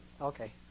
Okay